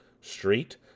Street